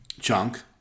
Chunk